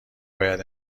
باید